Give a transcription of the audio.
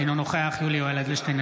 אינו נוכח יולי יואל אדלשטיין,